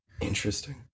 Interesting